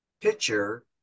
pitcher